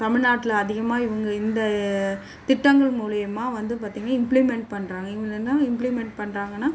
தமிழ்நாட்டுல அதிகமாக இவங்க இந்த திட்டங்கள் மூலிமா வந்து பார்த்தீங்னா இம்ப்ளீமெண்ட் பண்ணுறாங்க இவங்களலாம் இம்ப்ளீமெண்ட் பண்ணுறாங்கனா